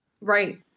Right